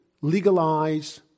legalize